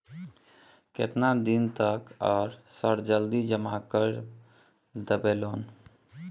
केतना दिन तक आर सर जल्दी जमा कर देबै लोन?